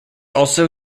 also